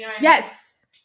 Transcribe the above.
yes